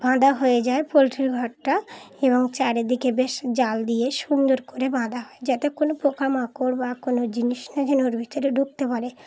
বাঁধা হয়ে যায় পোলট্রির ঘর টা এবং চারিদিকে বেশ জাল দিয়ে সুন্দর করে বাঁধা হয় যাতে কোনো পোকা মাকড় বা কোনো জিনিস না যেন ওর ভিতরে ঢুকতে পারে